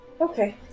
Okay